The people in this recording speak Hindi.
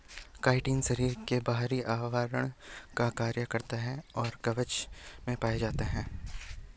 काइटिन शरीर के बाहरी आवरण का कार्य करता है और कवक में पाया जाता है